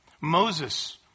Moses